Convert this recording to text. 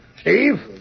Steve